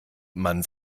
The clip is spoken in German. man